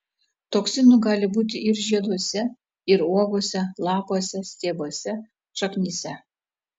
toksinų gali būti ir žieduose ir uogose lapuose stiebuose šaknyse